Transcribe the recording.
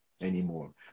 anymore